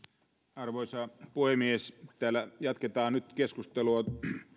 arvoisa puhemies täällä jatketaan nyt keskustelua